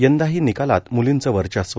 यंदाही निकालात म्लींच वर्चस्व